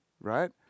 right